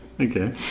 Okay